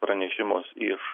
pranešimus iš